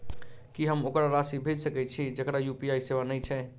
की हम ओकरा राशि भेजि सकै छी जकरा यु.पी.आई सेवा नै छै?